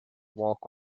walk